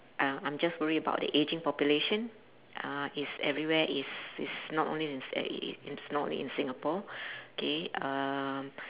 uh I'm just worried about aging population uh it's everywhere it's it's not only in s~ in it's not only in singapore K um